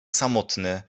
samotny